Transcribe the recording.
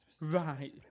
Right